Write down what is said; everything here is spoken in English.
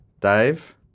Dave